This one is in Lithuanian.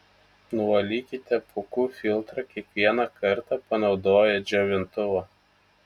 nuvalykite pūkų filtrą kiekvieną kartą panaudoję džiovintuvą